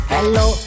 Hello